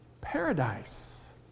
paradise